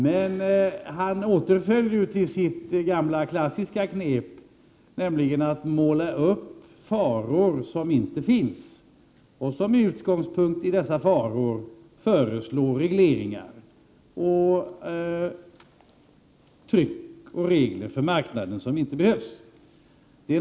Men Paul Lestander återföll till sitt gamla klassiska knep, nämligen att måla upp faror som inte finns och med utgångspunkt i dessa faror föreslå regleringar för marknaden som inte behövs.